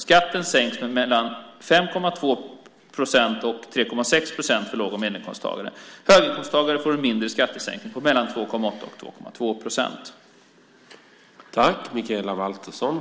Skatten sänks mellan 5,2 procent och 3,6 procent för låg och medelinkomsttagare. Höginkomsttagare får en mindre skattesänkning på mellan 2,8 och 2,2 procent.